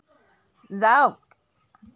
যাওক